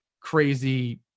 crazy